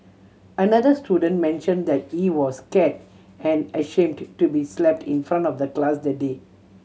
another student mentioned that he was scared and ashamed to be slapped in front of the class that day